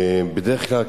בדרך כלל,